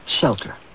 shelter